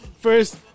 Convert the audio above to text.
First